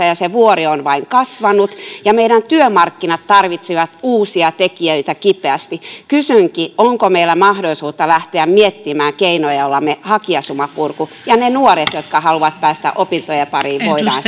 ja se vuori on vain kasvanut ja meidän työmarkkinat tarvitsevat uusia tekijöitä kipeästi kysynkin onko meillä mahdollisuutta lähteä miettimään keinoja joilla me hakijasumaa puramme ja joilla ne nuoret jotka haluavat päästä opintojen pariin